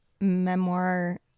memoir